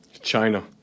China